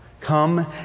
Come